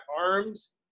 arms